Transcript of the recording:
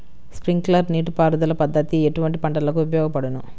Sprinkler నీటిపారుదల పద్దతి ఎటువంటి పంటలకు ఉపయోగపడును?